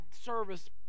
service